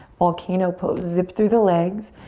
volcano pose. zip through the legs.